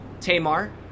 Tamar